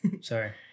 Sorry